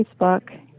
Facebook